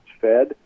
fed